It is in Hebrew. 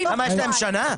למה, יש להם שנה?